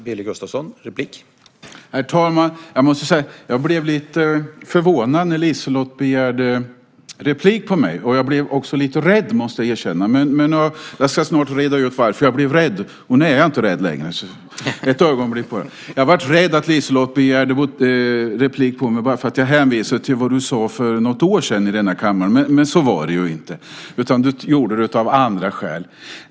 Herr talman! Jag blev lite förvånad och lite rädd när Liselott Hagberg begärde replik. Jag ska snart reda ut varför jag blev rädd. Men nu är jag inte rädd längre. Jag blev rädd för att du, Liselott, begärde replik för att jag hänvisade till något du sade här i kammaren för något år sedan. Men nu var det inte så, utan du begärde replik av andra skäl.